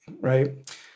right